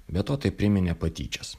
be to tai priminė patyčias